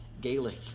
Gaelic